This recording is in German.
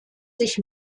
sich